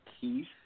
Keith